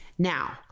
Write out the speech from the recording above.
Now